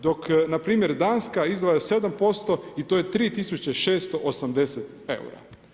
Dok, npr. Danska izdvaja 7% i to j3680 eura.